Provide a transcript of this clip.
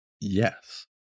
Yes